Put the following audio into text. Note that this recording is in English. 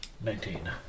nineteen